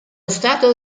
stato